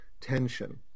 tension